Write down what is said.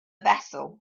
vessel